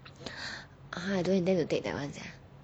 ah I don't intend to take that one sia